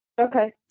Okay